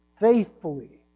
faithfully